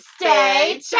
Stay